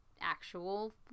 Actual